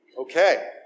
Okay